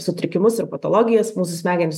sutrikimus ir patologijas mūsų smegenys